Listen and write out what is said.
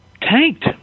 tanked